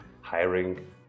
hiring